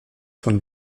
von